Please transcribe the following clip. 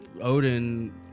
Odin